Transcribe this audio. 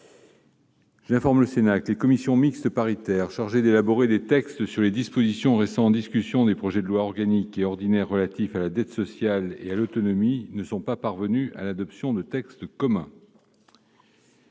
J'informe le Sénat que les commissions mixtes paritaires chargées d'élaborer des textes sur les dispositions restant en discussion des projets de loi organique et ordinaire relatifs à la dette sociale et à l'autonomie ne sont pas parvenues à l'adoption de textes communs.